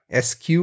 SQ